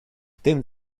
tym